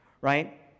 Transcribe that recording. right